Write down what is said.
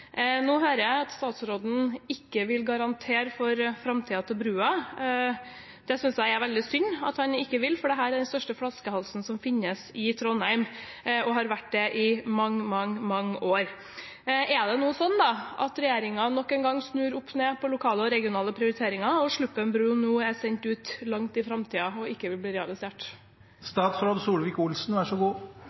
Nå hører jeg at statsråden ikke vil garantere for framtiden til brua. Det synes jeg er veldig synd at han ikke vil, for dette er den største flaskehalsen i Trondheim og har vært det i mange, mange år. Er det sånn at regjeringen nok en gang snur opp ned på lokale og regionale prioriteringer, og at Sluppen bru nå er sendt langt ut i framtiden, og ikke vil bli